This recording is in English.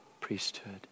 priesthood